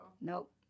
Nope